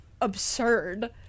absurd